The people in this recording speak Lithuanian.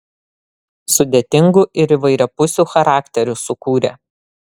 sudėtingų ir įvairiapusių charakterių sukūrė